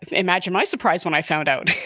imagine my surprise when i found out,